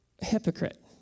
hypocrite